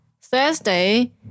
Thursday